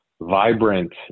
vibrant